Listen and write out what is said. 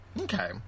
okay